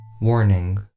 Warning